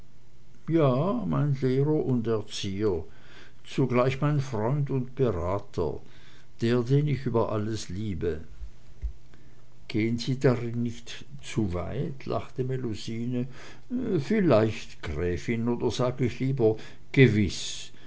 ja mein lehrer und erzieher zugleich mein freund und berater der den ich über alles liebe gehen sie darin nicht zu weit lachte melusine vielleicht gräfin oder sag ich lieber gewiß